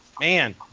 man